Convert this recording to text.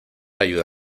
ayuda